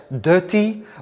dirty